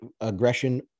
aggression